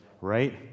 right